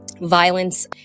Violence